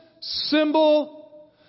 symbol